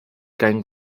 caen